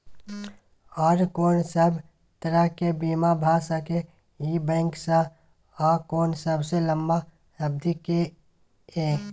आर कोन सब तरह के बीमा भ सके इ बैंक स आ कोन सबसे लंबा अवधि के ये?